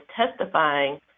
testifying